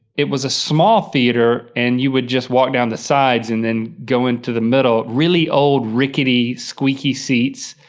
it was a small theater, and you would just walk down the sides and then go into the middle, really old, rickety squeaky seats.